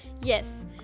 yes